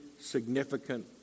significant